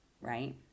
right